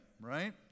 right